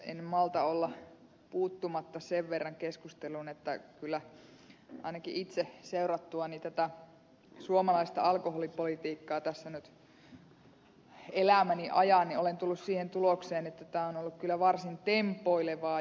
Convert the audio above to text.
en malta olla puuttumatta sen verran keskusteluun että ainakin itse seurattuani suomalaista alkoholipolitiikkaa tässä nyt elämäni ajan olen tullut siihen tulokseen että tämä on ollut varsin tempoilevaa